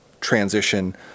transition